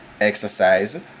exercise